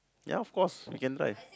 ya of course we can drive